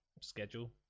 schedule